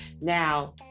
Now